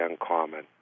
uncommon